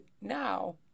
now